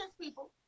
people